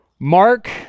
Mark